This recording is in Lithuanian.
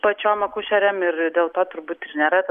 pačiom akušerėm ir dėl to turbūt ir nėra